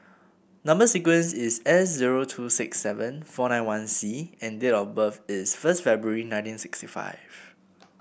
number sequence is S zero two six seven four nine one C and date of birth is first February nineteen sixty five